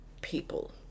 people